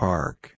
Park